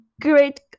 great